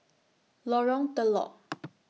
Lorong Telok